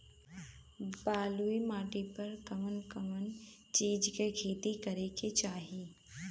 बलुई माटी पर कउन कउन चिज के खेती करे के चाही?